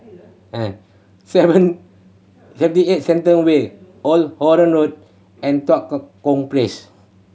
seven Seventy Eight Shenton Way Old Holland Road and Tua Kong Place